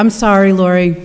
i'm sorry laurie